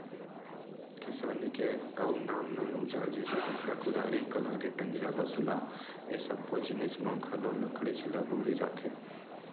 किसानी के अउ नान नान अउजार जइसे हँसिया, कुदारी, कलारी, टंगिया, बसूला ए सब्बो जिनिस म घलो लकड़ीच ल बउरे जाथे